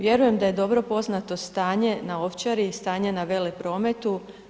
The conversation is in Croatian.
Vjerujem da je dobro poznato stanje na Ovčari i stanje na Veleprometu.